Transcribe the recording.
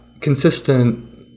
consistent